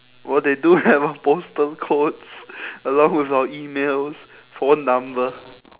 well they do have our postal codes along with our emails phone number